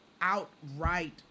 outright